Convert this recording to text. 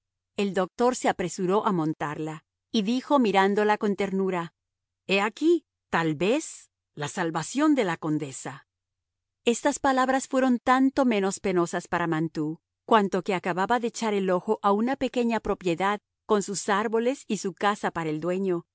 el doctor se apresuró a montarla y dijo mirándola con ternura he aquí tal vez la salvación de la condesa estas palabras fueron tanto más penosas para mantoux cuanto que acababa de echar el ojo a una pequeña propiedad con sus árboles y su casa para el dueño